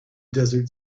desert